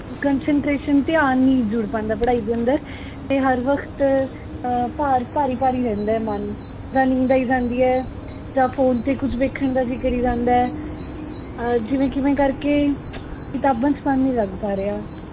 concentration ਧਿਆਨ ਨਹੀਂ ਜੁੜ ਪਾਉਂਦਾ ਪੜ੍ਹਾਈ ਦੇ ਅੰਦਰ ਅਤੇ ਹਰ ਵਕਤ ਭਾਰ ਭਾਰੀ ਭਾਰੀ ਰਹਿੰਦਾ ਮਨ ਜਿੱਦਾਂ ਨੀਂਦ ਆਈ ਜਾਂਦੀ ਆ ਜਾਂ ਫੋਨ 'ਤੇ ਕੁਝ ਵੇਖਣ ਦਾ ਵੀ ਕਰੀ ਜਾਂਦਾ ਜਿਵੇਂ ਕਿਵੇਂ ਕਰਕੇ ਕਿਤਾਬਾਂ 'ਚ ਮਨ ਨਹੀਂ ਲੱਗ ਪਾ ਰਿਹਾ